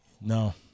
No